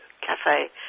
cafe